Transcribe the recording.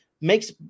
makes